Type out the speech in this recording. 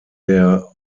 der